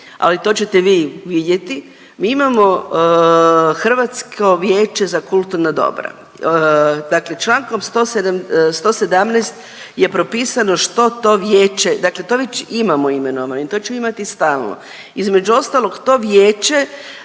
ali to ćete vi vidjeti, mi imamo Hrvatsko vijeće za kulturna dobra, dakle čl. 117. je propisano što to vijeće, dakle to već imamo … i to ću imati stalno, između ostalog to vijeće